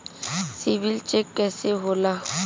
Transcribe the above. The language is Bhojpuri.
सिबिल चेक कइसे होला?